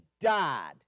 died